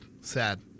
sad